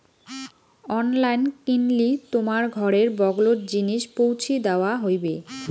online কিনলি তোমার ঘরের বগলোত জিনিস পৌঁছি দ্যাওয়া হইবে